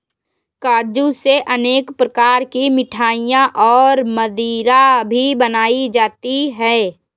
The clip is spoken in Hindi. काजू से अनेक प्रकार की मिठाईयाँ और मदिरा भी बनाई जाती है